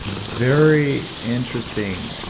very interesting.